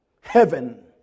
heaven